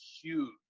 huge